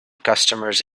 customers